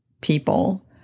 people